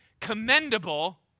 commendable